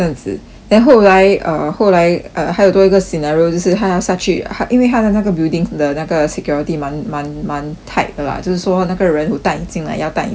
then 后来 uh 后来 uh 还有多一个 scenario 就是他下去他因为他的那个 building the 那个 security 蛮蛮蛮 tight 的 lah 就是说那个人 who 带你进来要带你出去也是